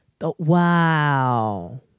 Wow